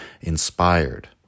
inspired